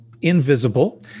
invisible